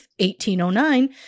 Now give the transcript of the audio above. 1809